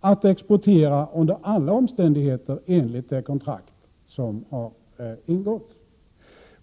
att exportera under alla omständigheter enligt det avtal som har ingåtts.